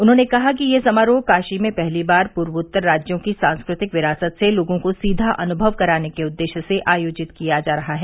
उन्होंने कहा कि यह समारोह काशी में पहली बार पूर्वोत्तर राज्यों की सांस्कृतिक विरासत से लोगों को सीधा अनुभव कराने के उद्देश्य से आयोजित किया जा रहा है